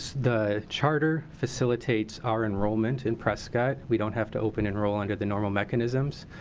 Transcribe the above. the charter facilitates our enrollment in prescott. we don't have to open-enroll under the normal mechanisms.